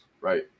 right